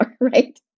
right